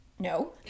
no